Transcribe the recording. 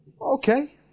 Okay